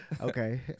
okay